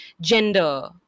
gender